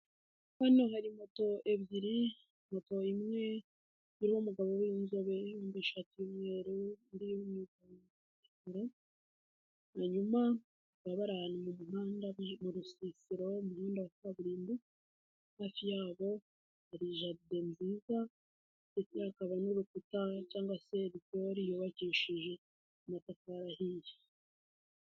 Hano hari moto ebyiri, moto imwe iriho umugabo winzobe n'ishati y'umweru, undi yambaye jire y'umutuku, hanyuma hari amabara ashushanyije mu rusisiro, mu muhanda wa kaburimbo hafi yabo hari jaride nziza ndetse hakaba n'urukuta cyangwa se korotire yubakishije amatafari ahiye.